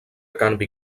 canvi